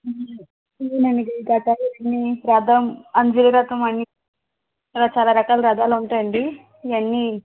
ప్రభావం అంజి రథం అని ఇలా చాలా రకాల రథాలుంటాయండి ఇవన్నీ